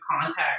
contact